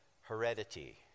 heredity